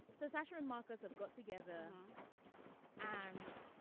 so sasha and marcus have got together and